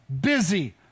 busy